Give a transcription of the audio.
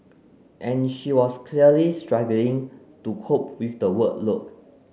and she was clearly struggling to cope with the workload